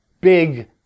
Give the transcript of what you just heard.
big